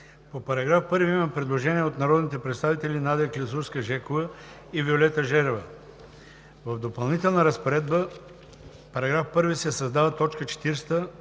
По § 1 има предложение от народните представители Надя Клисурска-Жекова и Виолета Желева: „В Допълнителна разпоредба, § 1 се създава т. 40: